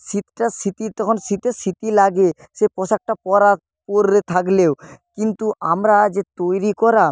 শীতটা শীতই তখন শীতে শীতই লাগে সে পোশাকটা পরা পরে থাকলেও কিন্তু আমরা যে তৈরি করা